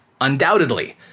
Undoubtedly